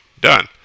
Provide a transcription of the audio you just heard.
done